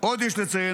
עוד יש לציין,